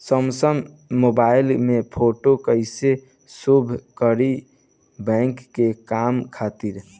Samsung mobile में photo कैसे save करीं बैंक के काम खातिर?